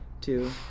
two